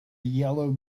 yellow